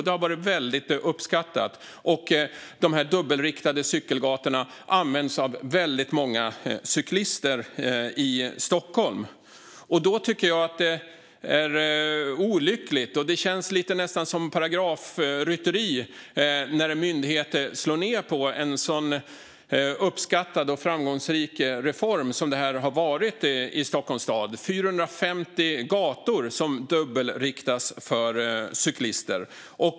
Det har varit väldigt uppskattat, och de dubbelriktade cykelgatorna används av väldigt många cyklister i Stockholm. Då tycker jag att det är olyckligt, och det känns nästan lite grann som paragrafrytteri, när en myndighet slår ned på en så uppskattad och framgångsrik reform som det här har varit i Stockholms stad. Det är alltså 450 gator som har dubbelriktats för cyklister.